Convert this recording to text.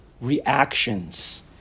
reactions